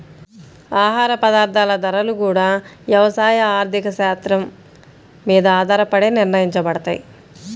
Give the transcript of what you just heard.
ఆహార పదార్థాల ధరలు గూడా యవసాయ ఆర్థిక శాత్రం మీద ఆధారపడే నిర్ణయించబడతయ్